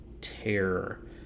Terror